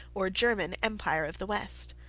or german empire of the west.